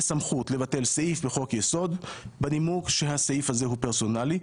סמכות לבטל סעיף בחוק יסוד בנימוק שהסעיף הזה הוא פרסונלי.